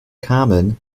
common